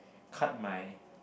cut my